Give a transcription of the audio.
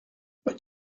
but